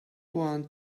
want